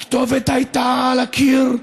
הכתובת הייתה על הקיר,